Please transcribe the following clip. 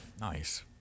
nice